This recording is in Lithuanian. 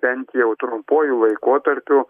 bent jau trumpuoju laikotarpiu